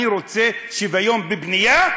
אני רוצה שוויון בבנייה,